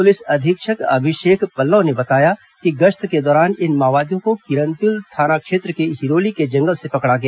police अधीक्षक अभिषेक पल्लव ने बताया कि गश्त के दौरान इन माओवादियों को किरंदुल थाना क्षेत्र के हिरोली के जंगल से पकड़ा गया